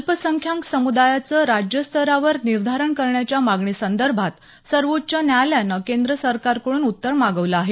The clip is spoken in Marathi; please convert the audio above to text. अल्पसंख्याक समुदायाचं राज्यस्तरावर निर्धारण करण्याच्या मागणीसंदर्भात सर्वोच्च न्यायालयानं केंद्र सरकारकडून उत्तर मागवलं आहे